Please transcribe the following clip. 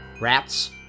Rats